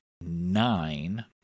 nine